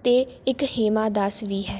ਅਤੇ ਇੱਕ ਹੇਮਾ ਦਾਸ ਵੀ ਹੈ